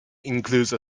include